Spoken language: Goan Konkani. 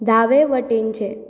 दावे वटेनचें